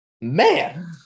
man